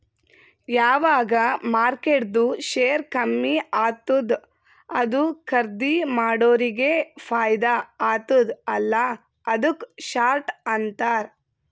ಯಾವಗ್ ಮಾರ್ಕೆಟ್ದು ಶೇರ್ ಕಮ್ಮಿ ಆತ್ತುದ ಅದು ಖರ್ದೀ ಮಾಡೋರಿಗೆ ಫೈದಾ ಆತ್ತುದ ಅಲ್ಲಾ ಅದುಕ್ಕ ಶಾರ್ಟ್ ಅಂತಾರ್